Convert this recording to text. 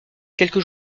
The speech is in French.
quelques